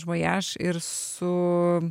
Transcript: vojaž ir su